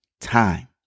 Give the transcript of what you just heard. time